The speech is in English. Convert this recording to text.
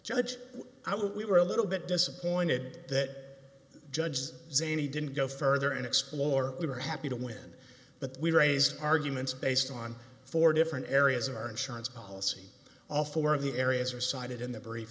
judge how we were a little bit disappointed that judge zanny didn't go further and explore we were happy to win but we raised arguments based on four different areas of our insurance policy all four of the areas are cited in the br